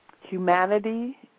humanity